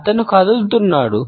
అతను కదులుతున్నాడు